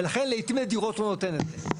ולכן, לעיתים נדירות הוא נותן את זה.